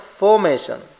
formation